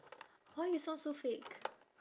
why you sound so fake